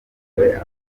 rwanda